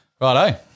Righto